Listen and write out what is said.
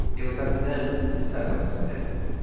it was up to them to decide what to do next